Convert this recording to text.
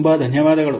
ತುಂಬ ಧನ್ಯವಾದಗಳು